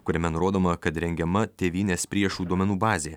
kuriame nurodoma kad rengiama tėvynės priešų duomenų bazė